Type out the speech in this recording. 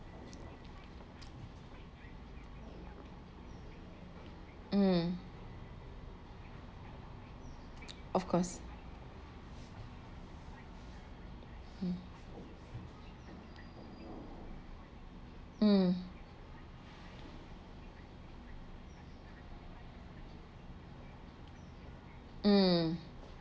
um of course um um